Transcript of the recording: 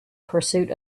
pursuit